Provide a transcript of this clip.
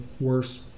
worse